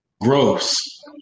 Gross